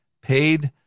paid